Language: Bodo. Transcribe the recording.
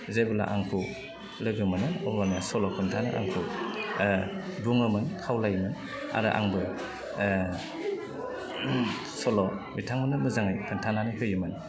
जेबोला आंखौ लोगो मोनो अब्लानो सल' खोन्थानो आंखौ बुङोमोन खावलायोमोन आरो आंबो सल' बिथांमोननो मोजाङै खोन्थानानै होयोमोन